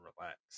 relax